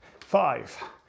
Five